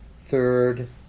third